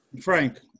Frank